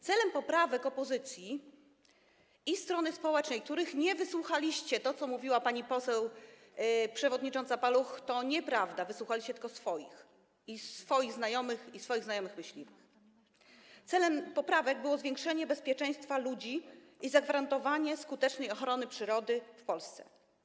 Celem poprawek opozycji i strony społecznej, których nie wysłuchaliście - to, co mówiła pani poseł przewodnicząca Paluch, to nieprawda, wysłuchaliście tylko swoich, i swoich znajomych, i swoich znajomych myśliwych - celem poprawek było zwiększenie bezpieczeństwa ludzi i zagwarantowanie skutecznej ochrony przyrody w Polsce.